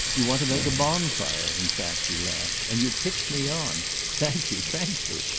you want to make a bonfire in fact, he laughed, and you pitch me on. thank you, thank you!